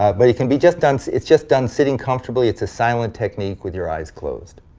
ah but it can be just done. it's it's just done sitting comfortably, it's a silent technique, with your eyes closed.